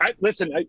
Listen